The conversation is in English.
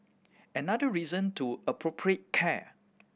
another reason to appropriate care